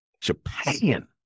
Japan